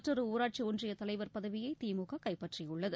மற்றொரு ஊராட்சி ஒன்றிய தலைவர் பதவியை திழக கைப்பற்றியுள்ளது